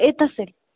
एक तास जाईल